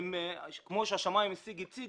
כמו שהשמאי המשיג הציג,